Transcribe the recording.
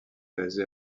basé